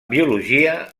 biologia